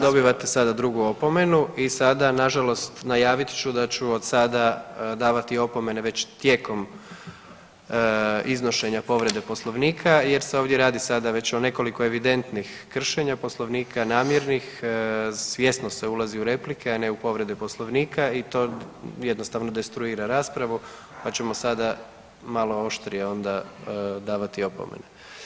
Dobivate sada drugu opomenu i sada nažalost, najavit ću da ću od sada davati opomene već tijekom iznošenja povrede Poslovnika jer se ovdje radi sada već o nekoliko evidentnih kršenja Poslovnika, namjernih, svjesno se ulazi u replike, a ne u povrede Poslovnika i to jednostavno destruira raspravu pa ćemo sada malo oštrije onda davati opomene.